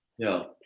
yeah.